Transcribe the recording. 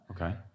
Okay